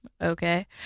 okay